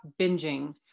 binging